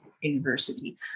university